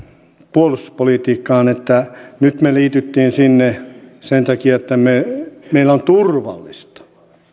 puolustuspolitiikkaan että nyt me liityimme sinne sen takia että meillä on turvallista